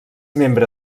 membre